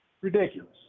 Ridiculous